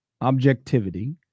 objectivity